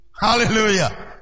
Hallelujah